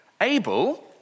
Abel